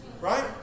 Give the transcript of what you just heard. right